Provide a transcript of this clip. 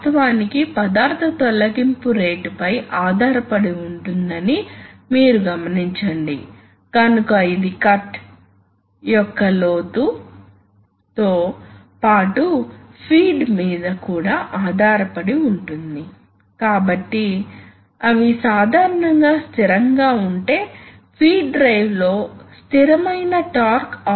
వాస్తవానికి ఇది valves configuration పై ఆధారపడి ఉంటుంది ఈ upstream downstream pressures మారుతూ ఉంటాయి ఉదాహరణకు మీకు ఇచ్చిన పరిస్థితిలో అప్స్ట్రీమ్ వాస్తవానికి సప్లై తో అనుసంధానించబడి ఉంటుంది